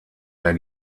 der